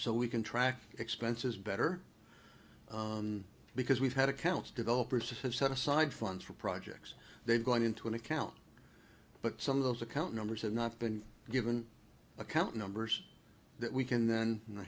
so we can track expenses better because we've had accounts developers have set aside funds for projects they've gone into an account but some of those account numbers have not been given account numbers that we can then